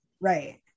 Right